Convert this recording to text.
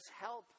help